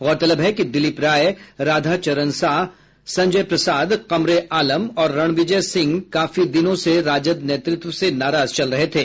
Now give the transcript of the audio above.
गौरतलब है कि दिलीप राय राधा चरण साह संजय प्रसाद कमरे आलम और रणविजय सिंह काफी दिनों से राजद नेतृत्व से नाराज चल रहे थे